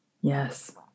Yes